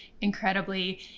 incredibly